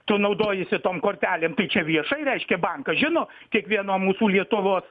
tu naudojiesi tom kortelėm tai čia viešai reiškia bankas žino kiekvieno mūsų lietuvos